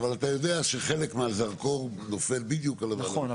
אבל אתה יודע שחלק מהזרקור נופל בדיוק --- נכון,